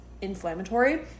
inflammatory